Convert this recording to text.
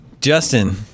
Justin